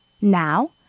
Now